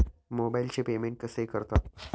मोबाइलचे पेमेंट कसे करतात?